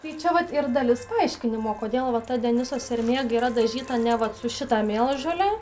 tai čia vat ir dalis paaiškinimo kodėl va ta deniso sermėga yra dažyta ne vat su šita mėlžole